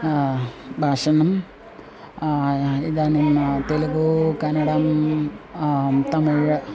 भाषणं इदानीं तेलुगु कन्नडं तमिळ्